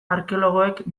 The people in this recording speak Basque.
arkeologoek